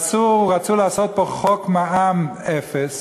רצו לעשות פה חוק מע"מ אפס.